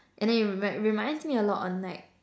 and then it remind it reminds me a lot on like